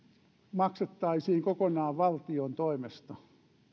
maksettaisiin kokonaan valtion toimesta